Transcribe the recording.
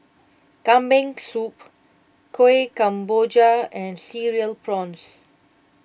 Kambing Soup Kueh Kemboja and Cereal Prawns